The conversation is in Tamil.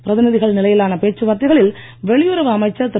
பிரதிநிதிகள் நிலையிலான பேச்சுவார்த்தைகளில் வெளியுறவு அமைச்சர் திரு